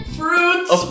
fruits